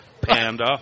panda